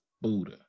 Buddha